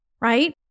right